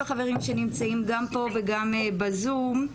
שנמצאים, גם פה וגם בזום,